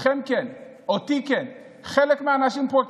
אתכם כן, אותי כן, חלק מהאנשים פה כן.